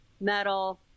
metal